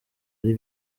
ari